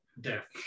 death